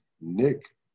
Nick